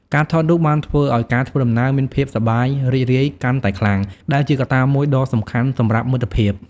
ការថតរូបបានធ្វើឱ្យការធ្វើដំណើរមានភាពសប្បាយរីករាយកាន់តែខ្លាំង ដែលជាកត្តាមួយដ៏សំខាន់សម្រាប់មិត្តភាព។